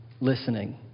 listening